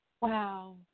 Wow